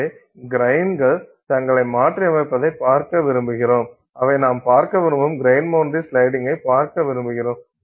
எனவே கிரைன்ங்கள் தங்களை மாற்றியமைப்பதைக் பார்க்க விரும்புகிறோம் அவை நாம் பார்க்க விரும்பும் கிரைன் பவுண்டரி ஸ்லைடிங்கை பார்க்க விரும்புகிறோம்